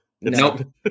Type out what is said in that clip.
Nope